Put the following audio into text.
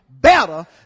better